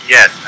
Yes